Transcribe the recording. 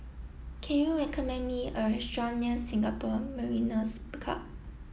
can you recommend me a restaurant near Singapore Mariners' Club